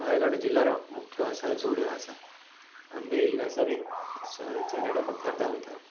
ନୟାଗଡ଼ ଜିଲ୍ଲାର ମୁଖ୍ୟ ଭାଷା ହେଉଛି ଓଡ଼ିଆ ଭାଷା ଆମ୍ଭେ ଏହି ଭାଷାରେ ସ ଚାରିଆଡ଼େ କଥାବାର୍ତ୍ତା ହୋଇଥାଉ